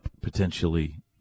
potentially